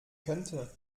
könnte